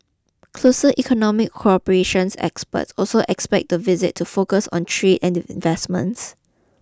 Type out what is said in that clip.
closer economic cooperation experts also expect the visit to focus on trade and investments